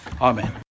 Amen